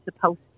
supposed